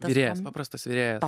virėjas paprastas virėjas